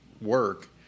work